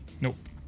Nope